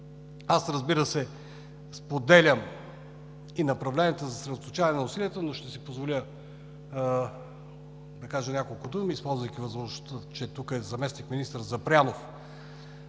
Разбира се, споделям и направленията за съсредоточаване на усилията, но ще си позволя да кажа няколко думи, използвайки възможността, че тук е заместник-министър Запрянов.